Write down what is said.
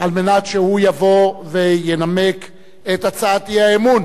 על מנת שהוא יבוא וינמק את הצעת האי-אמון